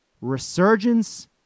Resurgence